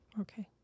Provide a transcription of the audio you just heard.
okay